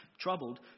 troubled